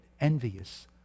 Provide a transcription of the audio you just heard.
envious